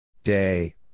Day